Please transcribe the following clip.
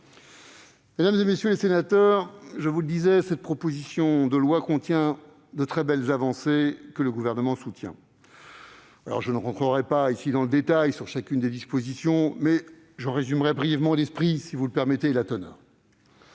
Mesdames, messieurs les sénateurs, je vous le disais, cette proposition de loi contient de très belles avancées que le Gouvernement soutient. Je ne reviendrai pas dans le détail sur chacune des dispositions, mais j'en résumerai brièvement l'esprit et la teneur.